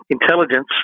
intelligence